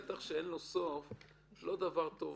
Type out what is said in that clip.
זה לא דבר טוב.